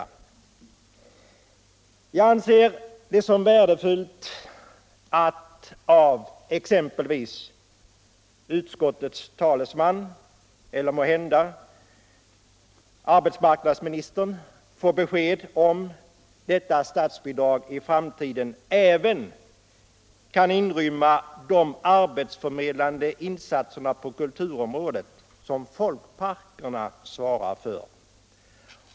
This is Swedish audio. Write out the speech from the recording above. Nr 97 Jag anser det värdefullt att av exempelvis utskottets talesman eller Fredagen den måhända arbetsmarknadsministern få besked om detta statsbidrag i fram 2 april 1976 tiden även kan inrymma de arbetsförmedlande insatser på kulturområdet som folkparkerna svarar för.